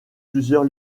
plusieurs